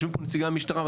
יושבים פה נציגי המשטרה,